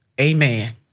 amen